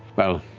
well,